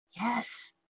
Yes